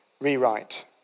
rewrite